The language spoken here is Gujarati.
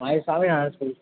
મારી સ્વામિનારાયણ સ્કૂલ